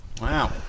Wow